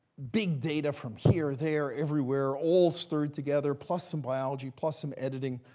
big data from here, there, everywhere, all stirred together, plus some biology, plus some editing,